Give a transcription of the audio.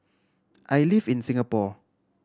I live in Singapore